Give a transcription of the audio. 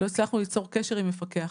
לא הצלחנו ליצור קשר עם מפקח.